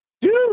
dude